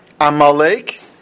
Amalek